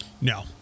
no